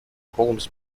holmes